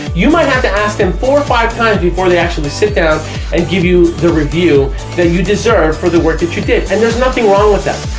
you might have to ask them four or five times before they actually sit down and give you the review that you deserve for the work that you did and there's nothing wrong with that.